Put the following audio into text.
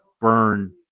burn